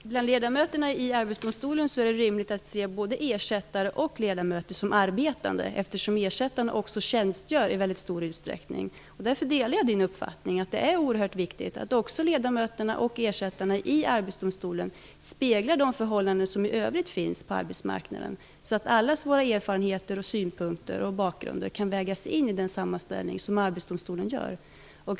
Herr talman! Bland ledamöterna i Arbetsdomstolen är det rimligt att se både ersättare och ledamöter som arbetande, eftersom ersättarna också tjänstgör i väldigt stor utsträckning. Jag delar Inger Segelströms uppfattning att det är oerhört viktigt att både ledamöterna och ersättarna i Arbetsdomstolen speglar de förhållanden som finns på arbetsmarknaden i övrigt, så att allas våra erfarenheter, synpunkter och bakgrunder kan vägas in i den sammanställning som Arbetsdomstolen gör.